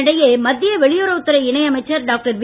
இதனிடையே மத்திய வெளியுறவுத் துறை இணை அமைச்சர் டாக்டர் வி